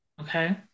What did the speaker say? Okay